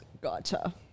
Gotcha